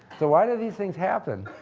so why do these things happen?